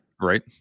right